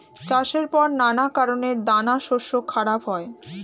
চাষের পর নানা কারণে দানাশস্য খারাপ হয়